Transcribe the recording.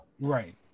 Right